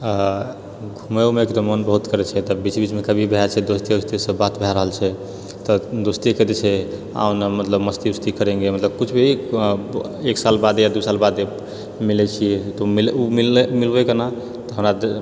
घुमैयोमे एक तऽ मन बहुत करै छै तऽ बीच बीचमे कभी भए रहल छै दोस्ते ओस्तेसँ बात भी रहल छै तऽ दोस्ते कहि दए छै आओ ने मतलब मस्ती उस्ती करेङ्गे मतलब किछु भी एक साल बादे या दू साल बादे मिलै छियै तऽ ओ मिल मिल ओ मिलबै कोना तऽ हमरा जे